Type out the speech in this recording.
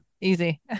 Easy